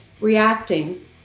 reacting